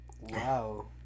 Wow